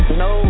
no